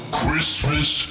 christmas